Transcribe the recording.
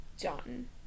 done